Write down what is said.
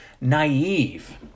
naive